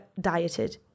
dieted